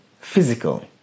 physical